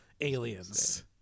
Aliens